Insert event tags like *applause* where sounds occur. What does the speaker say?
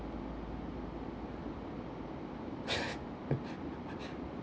*laughs*